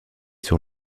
sur